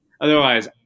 Otherwise